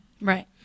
Right